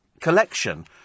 collection